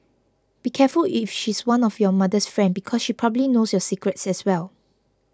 be careful if she's one of your mother's friend because she probably knows your secrets as well